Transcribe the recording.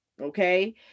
Okay